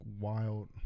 wild